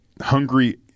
Hungry